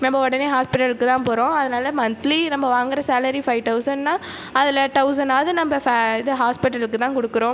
நம்ம உடனே ஹாஸ்பிட்டலுக்கு தான் போகிறோம் அதனால் மன்த்லி நம்ம வாங்கிற சேலரி ஃபைவ் தொளசண்ட்னா அதில் தொளசண்ட்னாவது நம்ம இது ஹாஸ்பிட்டலுக்கு தான் கொடுக்குறோம்